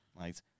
right